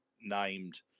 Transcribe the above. named